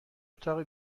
اتاق